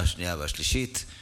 אני